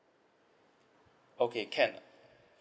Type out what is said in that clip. okay can